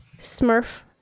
Smurf